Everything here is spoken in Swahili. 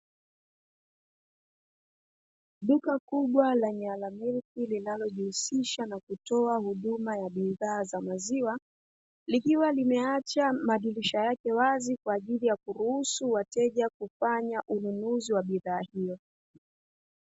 Duka kubwa la "Nyala milk" linalojihusisha na kutoa huduma ya bidhaa za maziwa, likiwa limeacha madirisha yake wazi kwa ajili ya kuruhusu wateja kufanya ununuzi wa bidhaa hiyo.